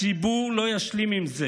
הציבור לא ישלים עם זה